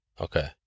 Okay